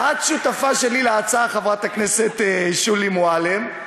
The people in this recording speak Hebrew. את שותפה שלי להצעה, חברת הכנסת שולי מועלם.